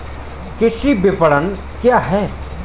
कृषि विपणन क्या है?